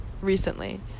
recently